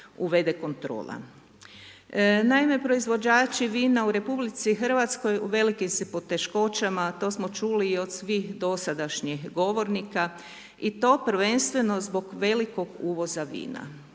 uvede kontrola. Naime proizvođači vina u RH u velikim su poteškoćama, a to smo čuli od svih dosadašnjih govornika i to prvenstveno zbog velikog uvoza vina.